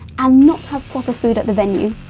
and not have proper food at the venue!